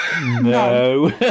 No